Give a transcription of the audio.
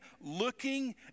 looking